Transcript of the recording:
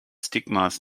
stigmas